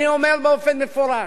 אני אומר באופן מפורש: